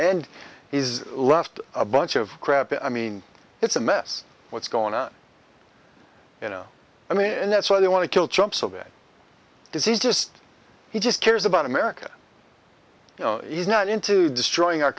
and he's left a bunch of crap i mean it's a mess what's going on you know i mean and that's why they want to kill chumps of it does he just he just cares about america he's not into destroying our